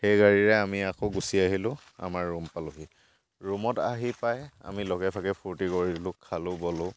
সেই গাড়ীৰে আমি আকৌ গুছি আহিলোঁ আমাৰ ৰূম পালোহি ৰূমত আহি পাই আমি লগেভাগে ফুৰ্ত্তি কৰিলোঁ খালোঁ বলোঁ